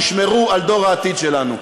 תשמרו על דור העתיד שלנו.